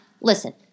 Listen